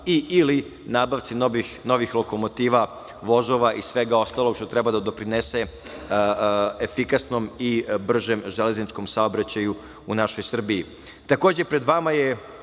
ili nabavci novih lokomotiva, vozova i svega ostalog što treba da doprinese efikasnom i bržem železničkom saobraćaju u našoj Srbiji. Takođe,